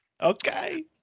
Okay